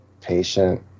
patient